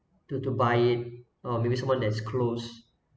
to to buy it or maybe someone that's close